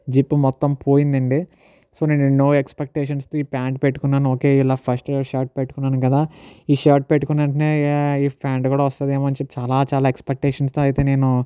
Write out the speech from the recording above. zip మొత్తం పోయింది అండి సో నేను ఎన్నో ఎక్స్పెట్టేషన్స్తో ఈ ప్యాంటు పెట్టుకున్నాను ఓకే ఇలా ఫస్ట్ షర్ట్ పెట్టుకున్నాను కదా ఈ షర్ట్ పెట్టుకున్న వెంటనే ఈ ప్యాంటు కూడా వస్తాదేమో అని చెప్పి చాలా చాలా ఎక్స్పెట్టేషన్స్తో అయితే నేను